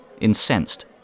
incensed